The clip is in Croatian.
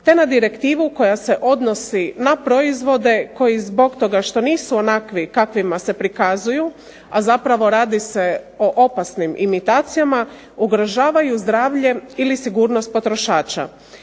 te na direktivu koja se odnosi na proizvode koji zbog toga što nisu onakvi kakvima se prikazuju, a zapravo radi se o opasnim imitacijama, ugrožavaju zdravlje ili sigurnost potrošača.